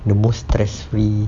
the most stress free